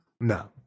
No